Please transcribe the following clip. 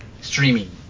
streaming